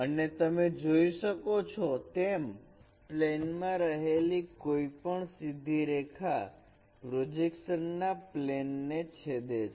અને તમે જોઈ શકો છો તેમ પ્લેન માં રહેલી કોઈ પણ સીધી રેખા પ્રોજેક્શન ના પ્લેન ને છેદે છે